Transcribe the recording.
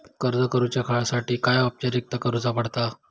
कर्ज काडुच्यासाठी काय औपचारिकता करुचा पडता?